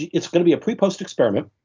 it's going to be a pre post experiment.